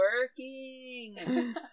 Working